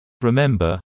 Remember